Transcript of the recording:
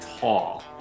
tall